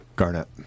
Garnett